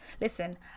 Listen